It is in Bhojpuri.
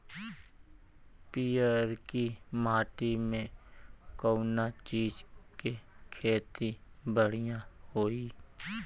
पियरकी माटी मे कउना चीज़ के खेती बढ़ियां होई?